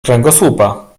kręgosłupa